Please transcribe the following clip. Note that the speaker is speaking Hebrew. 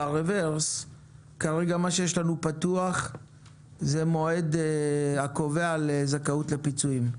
ברוורס כרגע מה שיש לנו פתוח זה המועד הקובע לזכאות לפיצויים.